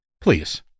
Please